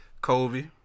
Kobe